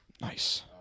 Nice